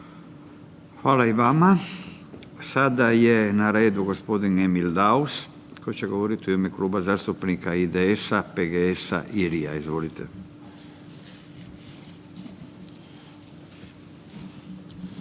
Hvala i vama. Sada je na redu gospodin Emil Daus koji će govoriti u ime Kluba zastupnika IDS-PGS-RI-a. Izvolite.